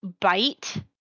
bite